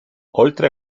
oltre